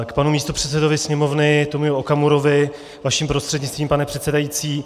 K panu místopředsedovi Sněmovny Tomiu Okamurovi vaším prostřednictvím, pane předsedající.